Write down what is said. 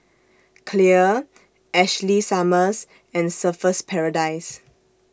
Clear Ashley Summers and Surfer's Paradise